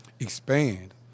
expand